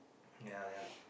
ya ya